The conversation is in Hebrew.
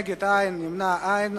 בעד, 17, נגד, אין, נמנעים, אין.